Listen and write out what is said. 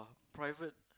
private